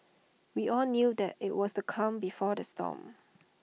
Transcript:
we all knew that IT was the calm before the storm